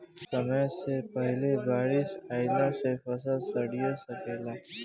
समय से पहिले बारिस अइला से फसल सडिओ सकेला